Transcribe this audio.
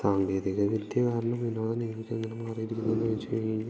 സാങ്കേതികവിദ്യ കാരണം വിനോദം നിങ്ങൾക്കെങ്ങനെ മാറിയിരിക്കുന്നെന്നു ചോദിച്ച് കഴിഞ്ഞു കഴിഞ്ഞാൽ